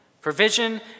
Provision